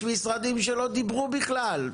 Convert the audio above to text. יש משרדים שלא דיברו בכלל, תתאפקו.